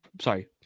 sorry